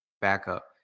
backup